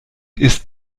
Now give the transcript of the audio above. ist